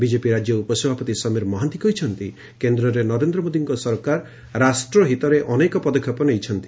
BJP ରାକ୍ୟ ଉପସଭାପତି ସମୀର ମହାନ୍ତି କହିଛନ୍ତି କେନ୍ଦରେ ନରେନ୍ଦ ମୋଦିଙ୍କ ସରକାର ରାଷ୍ଟ୍ରହିତରେ ଅନେକ ପଦକ୍ଷେପ ନେଇଛନ୍ତି